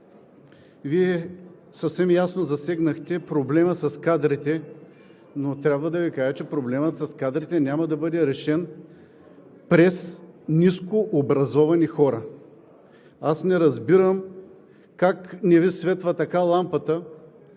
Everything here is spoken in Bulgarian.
Вие съвсем ясно засегнахте проблема с кадрите, но трябва да Ви кажа, че проблемът с кадрите няма да бъде решен през нискообразовани хора. Аз не разбирам как не Ви светва лампата,